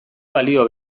balio